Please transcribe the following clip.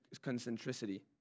concentricity